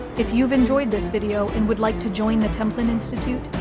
if you've enjoyed this video and would like to join the templin institute,